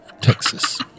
Texas